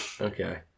Okay